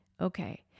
Okay